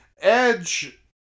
Edge